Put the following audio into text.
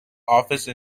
office